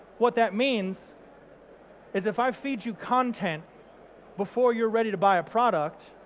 what that means is, if i feed you content before you're ready to buy a product,